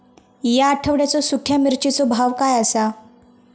या आठवड्याचो सुख्या मिर्चीचो भाव काय आसा?